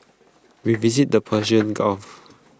we visited the Persian gulf